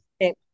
okay